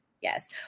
Yes